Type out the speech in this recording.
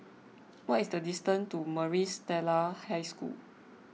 what is the distance to Maris Stella High School